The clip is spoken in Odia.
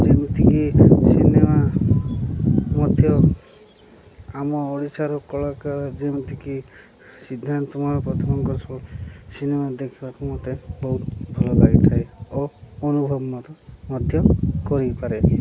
ଯେମିତିକି ସିନେମା ମଧ୍ୟ ଆମ ଓଡ଼ିଶାର କଳାକାର ଯେମିତିକି ସିଦ୍ଧାନ୍ତ ମହାପାତ୍ରଙ୍କ ସିନେମା ଦେଖିବାକୁ ମୋତେ ବହୁତ ଭଲ ଲାଗିଥାଏ ଓ ଅନୁଭବ ମଧ୍ୟ ମଧ୍ୟ କରିପାରେ